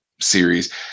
series